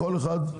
כל אחד את